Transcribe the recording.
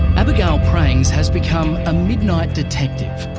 abigail prangs has become a midnight detective,